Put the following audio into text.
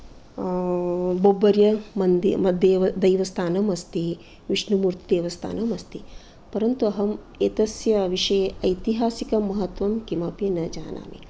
बोब्बर्या मन्दि मध्ये देवस्थानम् अस्ति विष्णुमूर्ति देवस्थानम् अस्ति परन्तु अहं एतस्य विषये ऐतिहासिकमहत्वं किमपि न जानामि